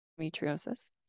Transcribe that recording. endometriosis